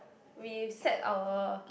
we set our